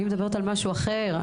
אני מדברת על משהו אחר,